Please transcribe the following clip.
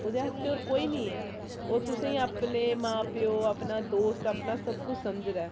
ओह्दे आस्तै होर कोई नेईं ऐ ओह् तुसेंगी अपने मां प्यौ अपना दोस्त अपना सब कुछ समझदा ऐ